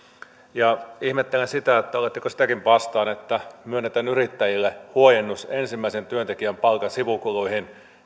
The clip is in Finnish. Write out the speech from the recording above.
ihmettelen sitä oletteko sitäkin vastaan että myönnetään yrittäjille huojennus ensimmäisen työntekijän palkan sivukuluihin